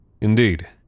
Indeed